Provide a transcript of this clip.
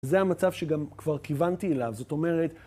זה המצב שגם כבר כיוונתי אליו, זאת אומרת...